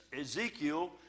ezekiel